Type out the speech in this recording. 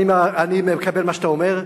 אני מקבל מה שאתה אומר,